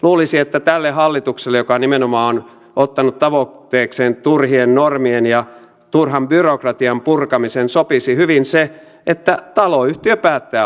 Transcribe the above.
luulisi että tälle hallitukselle joka nimenomaan on ottanut tavoitteekseen turhien normien ja turhan byrokratian purkamisen sopisi hyvin se että taloyhtiö päättää asiasta